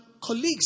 colleagues